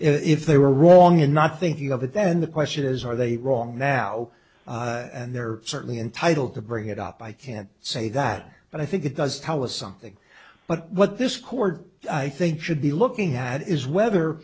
if they were wrong in not thinking of it then the question is are they wrong now and they're certainly entitled to bring it up i can't say that but i think it does tell us something but what this chord i think should be looking at is whether